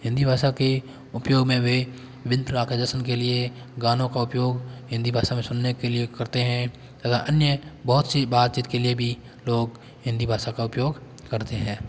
हिंदी भाषा के उपयोग में वे के लिए गानों का उपयोग हिंदी भाषा में सुनने के लिए करते हैं तथा अन्य बहुत सी बातचीत के लिए भी लोग हिंदी भाषा का उपयोग करते हैं